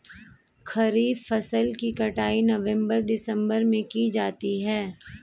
खरीफ फसल की कटाई नवंबर दिसंबर में की जाती है